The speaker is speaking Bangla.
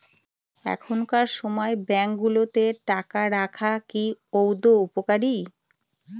এখনকার সময় ব্যাঙ্কগুলোতে টাকা রাখা কি আদৌ উপকারী?